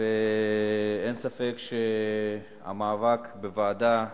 אין ספק שהמאבק בוועדה,